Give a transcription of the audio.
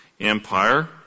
empire